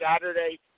Saturday